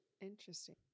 Interesting